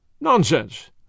Nonsense